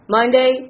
Monday